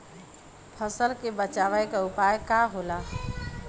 फसल के बचाव के उपाय का होला?